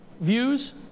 views